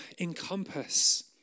encompass